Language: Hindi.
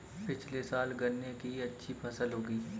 पिछले साल गन्ने की अच्छी फसल उगी